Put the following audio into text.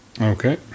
Okay